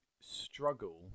struggle